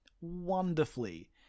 wonderfully